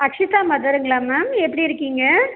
அக்ஷிதா மதருங்களா மேம் எப்படி இருக்கீங்க